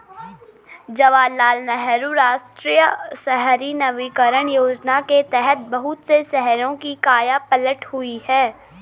जवाहरलाल नेहरू राष्ट्रीय शहरी नवीकरण योजना के तहत बहुत से शहरों की काया पलट हुई है